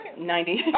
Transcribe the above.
Ninety